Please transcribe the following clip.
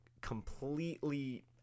completely